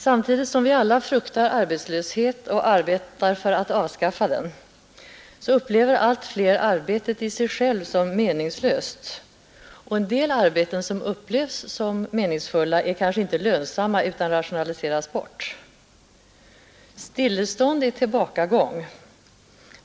Samtidigt som vi alla fruktar arbetslöshet och arbetar för att avskaffa den, upplever allt fler arbetet i sig självt som meningslöst och en del arbeten som känns meningsfulla är kanske inte lönsamma utan rationaliseras bort. Stillestånd är tillbakagång.